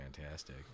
fantastic